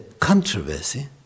controversy